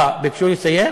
אה, ביקשו לסיים?